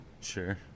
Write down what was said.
sure